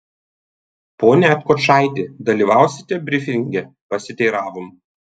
pone atkočaiti dalyvausite brifinge pasiteiravom